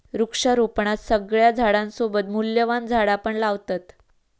वृक्षारोपणात सगळ्या झाडांसोबत मूल्यवान झाडा पण लावतत